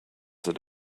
that